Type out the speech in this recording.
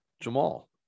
Jamal